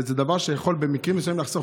וזה דבר שיכול במקרים מסוימים לחסוך